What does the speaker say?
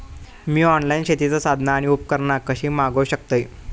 मी online शेतीची साधना आणि उपकरणा कशी मागव शकतय?